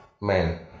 man